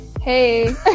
Hey